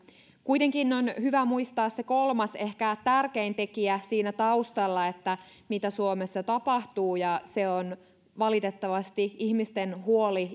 kuitenkin on hyvä muistaa se kolmas ehkä tärkein tekijä siinä taustalla eli mitä suomessa tapahtuu ja se on valitettavasti ihmisten huoli